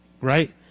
right